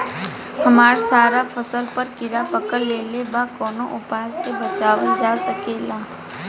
हमर सारा फसल पर कीट पकड़ लेले बा कवनो उपाय से बचावल जा सकेला?